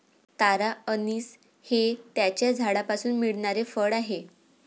तारा अंनिस हे त्याच्या झाडापासून मिळणारे फळ आहे